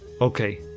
Okay